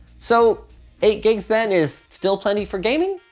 so eight gigs then is still plenty for gaming?